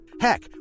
Heck